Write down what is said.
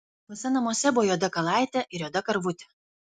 tuose namuose buvo juoda kalaitė ir juoda karvutė